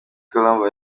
colombe